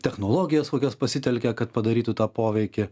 technologijas kokias pasitelkia kad padarytų tą poveikį